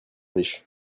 riche